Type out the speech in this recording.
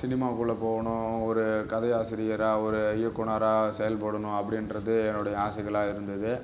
சினிமாவுக்குள்ளே போகணும் ஒரு கதை ஆசிரியராக ஒரு இயக்குனராக செயல்படணும் அப்படின்றது என்னுடைய ஆசைகளாக இருந்தது